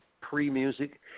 pre-music